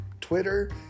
Twitter